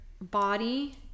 body